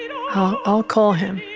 you know i'll call him,